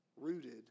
rooted